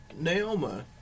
Naoma